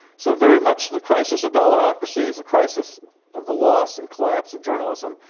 so very much the crisis of dollarocracy is the crisis of the loss and collapse of journalism.